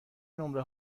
نمره